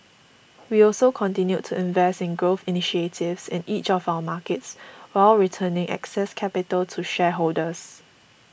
we also continued to invest in growth initiatives in each of our markets while returning excess capital to shareholders